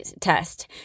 test